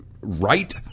right